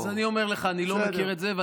אז אני אומר שאני לא מכיר את זה.